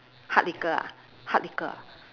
hard liquor hard liquor